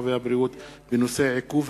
הרווחה והבריאות בעקבות דיון מהיר בנושא: עיכוב